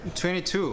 22